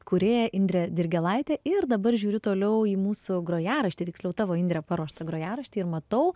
kūrėja indre dirgėlaite ir dabar žiūriu toliau į mūsų grojaraštį tiksliau tavo indrė paruoštą grojaraštį ir matau